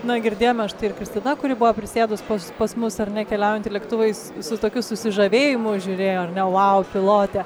na girdėjome štai ir kristina kuri buvo prisėdus pas pas mus ar ne keliaujanti lėktuvais su tokiu susižavėjimu žiūrėjo ar ne vau pilotė